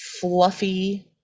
fluffy